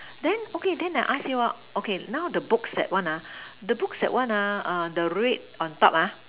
then okay then I ask you ah okay now the books that one ah the books that one ah err the red on top ah